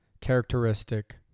characteristic